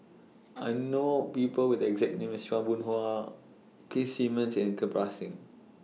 I know People Who Have The exact name as Chua Boon Hwa Keith Simmons and Kirpal Singh